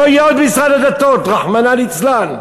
לא יהיה עוד משרד הדתות, רחמנא ליצלן.